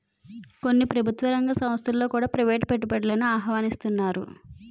కొన్ని ప్రభుత్వ రంగ సంస్థలలో కూడా ప్రైవేటు పెట్టుబడులను ఆహ్వానిస్తన్నారు